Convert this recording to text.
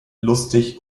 lustig